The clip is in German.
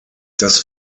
das